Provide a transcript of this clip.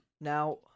Now